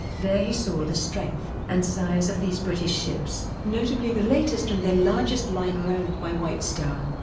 there he saw the strength and size of these british ships, notably the latest and then-largest liner owned by white star.